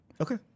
Okay